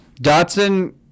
Dotson